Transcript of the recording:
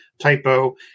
typo